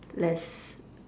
less